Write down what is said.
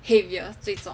heaviest 最重